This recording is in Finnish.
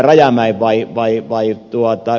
rajamäen vai ed